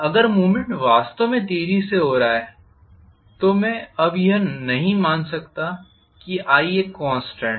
अगर मूवमेंट वास्तव में तेजी से हो रहा है तो मैं अब यह नहीं मान सकता कि एक कॉन्स्टेंट है